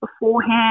beforehand